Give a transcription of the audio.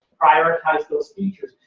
prioritize those features.